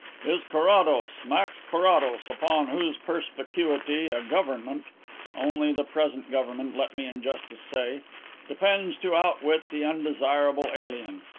is carrados, max carrados, upon whose perspicuity a government only the present government, let me in justice say depends to outwit the undesirable alien!